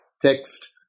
text